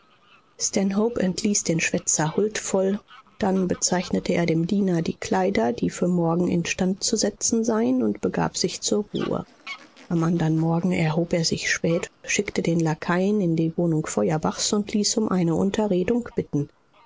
stanhope entließ den schwätzer huldvoll dann bezeichnete er dem diener die kleider die für morgen instand zu setzen seien und begab sich zur ruhe am andern morgen erhob er sich spät schickte den lakaien in die wohnung feuerbachs und ließ um eine unterredung bitten